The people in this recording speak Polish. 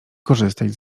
korzystać